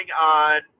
on